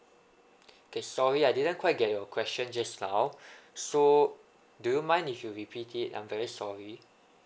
okay sorry I didn't quite get your question just now so do you mind if you repeat it I'm very sorry